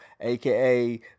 aka